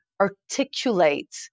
articulate